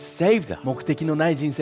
saved